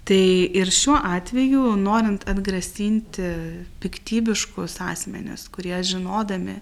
tai ir šiuo atveju norint atgrasinti piktybiškus asmenis kurie žinodami